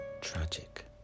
tragic